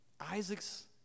Isaac's